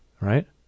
right